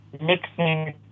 mixing